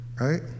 Right